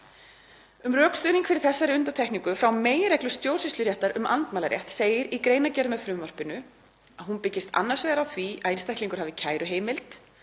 Um rökstuðning fyrir þessari undantekningu frá meginreglu stjórnsýsluréttar um andmælarétt segir í greinargerð með frumvarpinu að hún byggist annars vegar á því að einstaklingur hafi kæruheimild